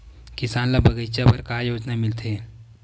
किसान ल बगीचा बर का योजना मिलथे?